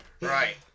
Right